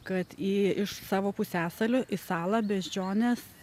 kad į iš savo pusiasalio į salą beždžionės